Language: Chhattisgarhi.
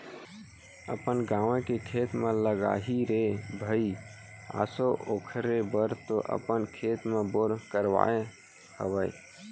अपन गाँवे के खेत म लगाही रे भई आसो ओखरे बर तो अपन खेत म बोर करवाय हवय